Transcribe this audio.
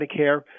Medicare